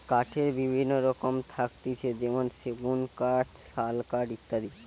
কাঠের বিভিন্ন রকম থাকতিছে যেমনি সেগুন কাঠ, শাল কাঠ ইত্যাদি